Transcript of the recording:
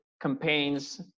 campaigns